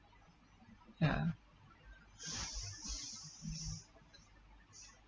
ya